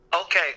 Okay